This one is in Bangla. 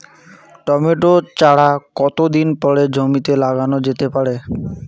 টমেটো চারা কতো দিন পরে জমিতে লাগানো যেতে পারে?